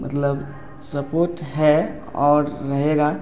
मतलब सपोर्ट है और रहेगा